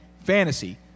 fantasy